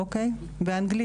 אנגלית,